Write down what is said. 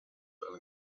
fell